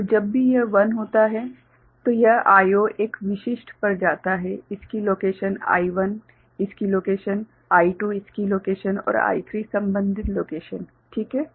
और जब भी यह 1 होता है तो यह I0 एक विशिष्ट पर जाता है इसकी लोकेशन I1 इसकी लोकेशन I2 इसकी लोकेशन और I3 संबंधित लोकेशन क्या यह ठीक है